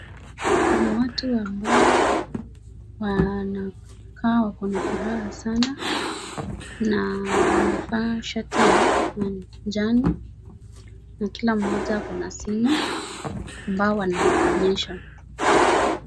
Kuna watu ambao wanakaa wako na furaha sana na wamevaa shati ya manjano na kila mmoja ako na simu ambayo wanaibonyeza.